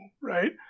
right